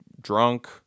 drunk